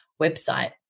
website